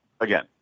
again